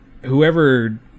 whoever